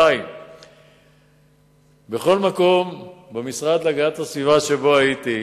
2. במשרד להגנת הסביבה, שבו הייתי,